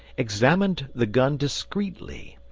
examined the gun discreetly,